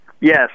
Yes